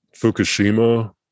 Fukushima